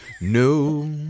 No